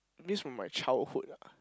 miss from my childhood ah